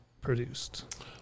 produced